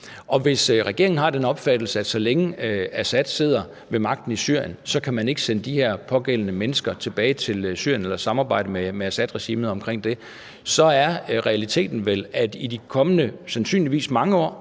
hvis regeringen har den opfattelse, at så længe Assad sidder ved magten i Syrien, kan man ikke sende de her pågældende mennesker tilbage til Syrien eller samarbejde med Assadregimet om det, er realiteten vel, at i de kommende sandsynligvis mange år